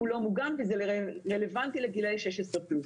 הוא לא מוגן וזה רלוונטי לגילי 16 פלוס.